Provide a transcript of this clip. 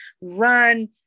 run